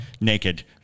naked